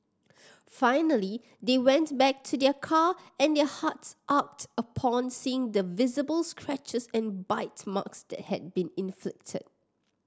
finally they went back to their car and their hearts ached upon seeing the visible scratches and bite marks that had been inflicted